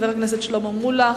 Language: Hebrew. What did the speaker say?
חבר הכנסת שלמה מולה,